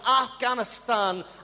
Afghanistan